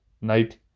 night